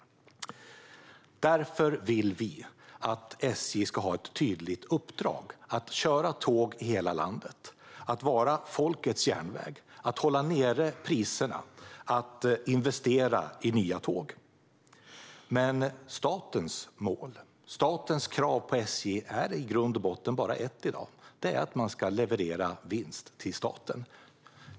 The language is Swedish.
Därför vill vi att SJ ska ha ett tydligt uppdrag att köra tåg i hela landet, att vara folkets järnväg, att hålla nere priserna och investera i nya tåg. Men statens krav på SJ är i grund och botten bara ett i dag. Det är att man ska leverera vinst till staten.